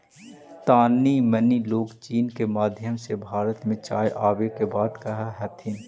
तानी मनी लोग चीन के माध्यम से भारत में चाय आबे के बात कह हथिन